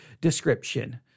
description